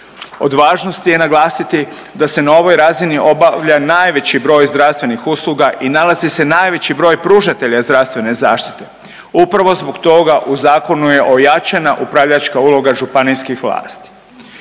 Od važnosti je naglasiti da se na ovoj razini obavlja najveći broj zdravstvenih usluga i nalazi se najveći broj pružatelja zdravstvene zaštite. Upravo zbog toga u zakonu je ojačana upravljačka uloga županijskih vlasti.